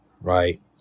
right